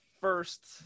first